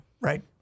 right